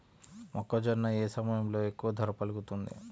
మొక్కజొన్న ఏ సమయంలో ఎక్కువ ధర పలుకుతుంది?